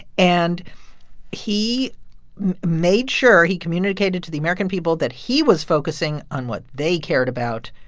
and he made sure he communicated to the american people that he was focusing on what they cared about,